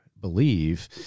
believe